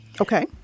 Okay